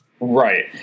Right